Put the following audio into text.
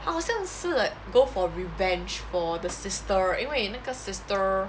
好像是 go for revenge for the sister 因为那个 sister